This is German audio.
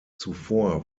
zuvor